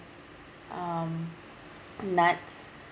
um nuts